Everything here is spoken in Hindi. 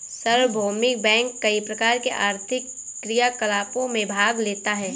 सार्वभौमिक बैंक कई प्रकार के आर्थिक क्रियाकलापों में भाग लेता है